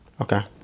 Okay